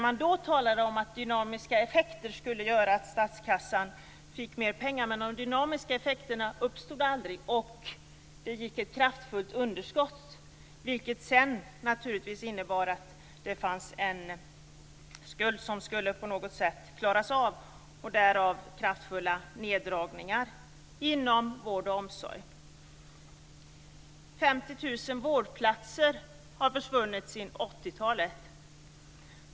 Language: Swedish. Man talade då om att dynamiska effekter skulle göra att statskassan fick mer pengar. Men de dynamiska effekterna uppstod aldrig. Vi fick ett kraftfullt underskott, vilket sedan naturligtvis innebar att det fanns en skuld som på något sätt skulle klaras av. Därav kraftfulla neddragningar inom vård och omsorg. 50 000 vårdplatser har försvunnit under 90-talet.